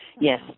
Yes